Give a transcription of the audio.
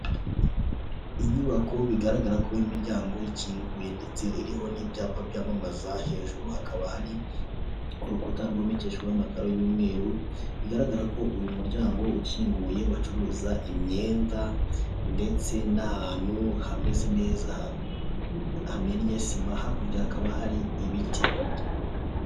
Inyubako bigaragara ko imiryango ikinguye ndetse iriho n'ibyapa byamamaza hejuru hakaba hari ku urukuta mekejwe amakaro y'umweru bigaragara ko uyu muryango ukinguye bacuruza imyenda ndetse n'ahantu hameze neza hamennye sima hakurya hakaba hari ibiti.